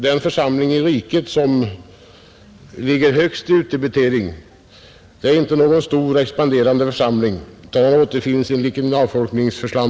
Den församling i riket som ligger högst i utdebitering är inte någon stor och expanderande församling, utan återfinns i en avfolkningsbygd.